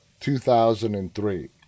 2003